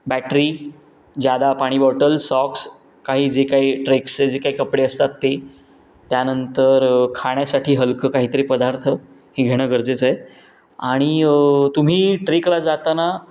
battery ज्यादा पाणी bottle socks काही जे काही ट्रेक्सचे जे काही कपडे असतात ते त्यानंतर खाण्यासाठी हलकं काहीतरी पदार्थ हे घेणं गरजेचं आहे आणि तुम्ही ट्रेकला जाताना